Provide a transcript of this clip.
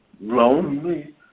lonely